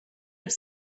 have